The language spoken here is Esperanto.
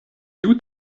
tiu